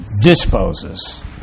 disposes